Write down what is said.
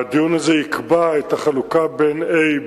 והדיון הזה יקבע את החלוקה בין A,